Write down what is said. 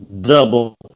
double